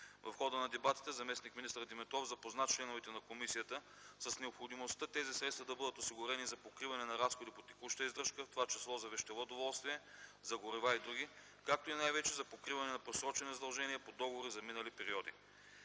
В хода на дебатите заместник-министър Димитров запозна членовете на комисията с необходимостта тези средства да бъдат осигурени за покриване на разходи по текуща издръжка, в това число за вещево доволствие, за горива и други, както и най-вече за покриване на просрочени задължения по договори за минали периоди.